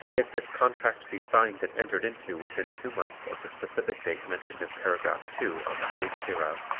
if this contract be signed and entered into within two months of the specific date mentioned in paragraph two on the face hereof,